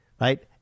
Right